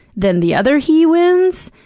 then the other he wins.